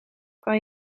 kan